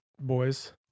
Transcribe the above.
boys